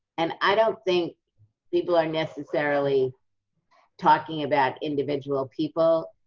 and i don't think people are necessarily talking about individual people,